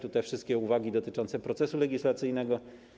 Tu są te wszystkie uwagi dotyczące procesu legislacyjnego.